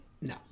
No